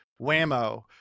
whammo